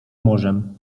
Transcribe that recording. morzem